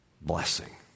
blessing